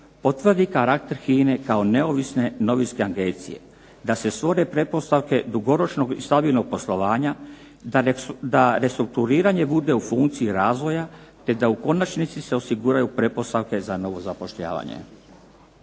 potvrdi karakter HINA-e kao neovisne novinske agencije, da se stvore pretpostavke dugoročnog i stabilnog poslovanja, da restrukturiranje bude u funkciji razvoja, te da u konačnici se osiguraju pretpostavke za novo zapošljavanje.